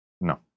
No